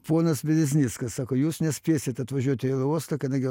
ponas bereznickas sako jūs nespėsit atvažiuoti į uostą kadangi